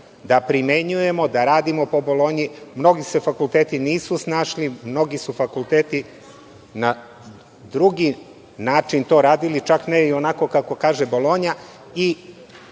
da primenjujemo, da radimo po bolonji, mnogi se fakulteti nisu snašli, mnogi su fakulteti na drugi način to radili, čak ne ni onako kako kaže bolonja